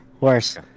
worse